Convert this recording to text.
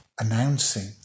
announcing